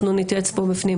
אנחנו נתייעץ פה בפנים.